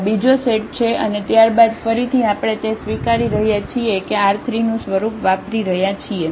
આ બીજો સેટ છે અને ત્યારબાદ ફરીથી આપણે તે સ્વીકારી રહ્યા છીએ કે આ R3 નું સ્વરૂપ વાપરી રહ્યા છીએ